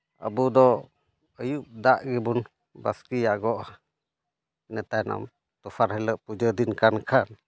ᱟᱵᱚ ᱫᱚ ᱟᱹᱭᱩᱵ ᱫᱟᱜ ᱜᱮᱵᱚᱱ ᱵᱟᱥᱠᱮᱹᱭᱟᱵᱚᱱ ᱤᱱᱟᱹ ᱛᱟᱭᱱᱚᱢ ᱫᱚᱥᱟᱨ ᱦᱤᱞᱳᱜ ᱯᱩᱡᱟᱹ ᱫᱤᱱ ᱠᱟᱱ ᱠᱷᱟᱱ